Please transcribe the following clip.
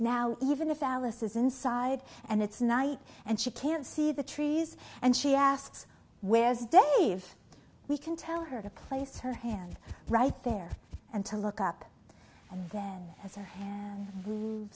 now even if alice is inside and it's night and she can't see the trees and she asked where's dave we can tell her to place her hand right there and to look up and then a